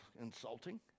insulting